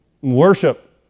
worship